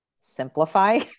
simplify